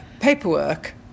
paperwork